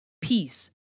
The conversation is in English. peace